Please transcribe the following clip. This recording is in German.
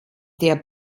der